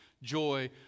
joy